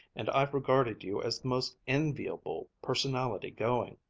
and i've regarded you as the most enviable personality going.